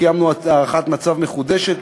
קיימנו הערכת מצב מחודשת,